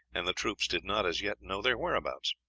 and the troops did not as yet know their whereabouts.